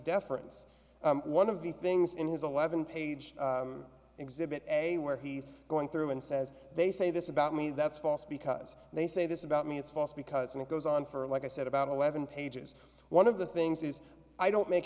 deference one of the things in his eleven page exhibit a where he's going through and says they say this about me that's false because they say this about me it's false because and it goes on for like i said about eleven pages one of the things is i don't make